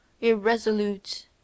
irresolute